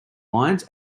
lines